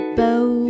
bow